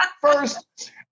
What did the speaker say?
First